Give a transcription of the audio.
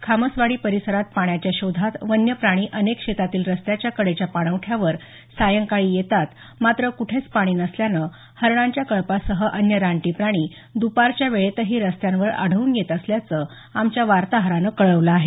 खामसवाडी परिसरात पाण्याच्या शोधात वन्य प्राणी अनेक शेतातील रस्त्याच्या कडेच्या पाणवठ्यावर सायंकाळी येतात मात्र कुठेच पाणी नसल्यानं हरणांच्या कळपासह अन्य रानटी प्राणी दुपारच्या वेळेतही रस्त्यांवर आढळून येत असल्याचं आमच्या वार्ताहरानं कळवलं आहे